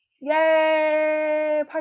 yay